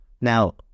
Now